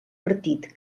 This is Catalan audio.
partit